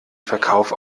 verkauf